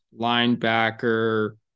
linebacker